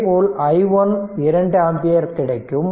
இதேபோல் i1 2 ampere கிடைக்கும்